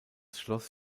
schloss